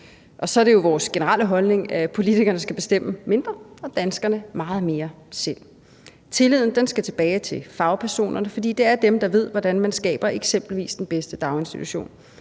Så er det jo vores generelle holdning, at politikerne skal bestemme mindre og danskerne meget mere selv. Tilliden skal tilbage til fagpersonerne, fordi det er dem, der ved, hvordan man eksempelvis skaber den bedste daginstitution.